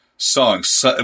songs